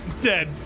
dead